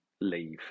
leave